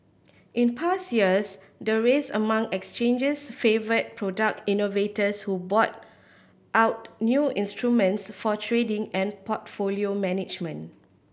in past years the race among exchanges favoured product innovators who brought out new instruments for trading and portfolio management